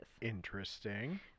interesting